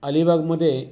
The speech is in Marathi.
अलिबागमध्ये